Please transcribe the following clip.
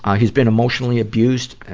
ah he's been emotionally abused.